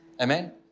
Amen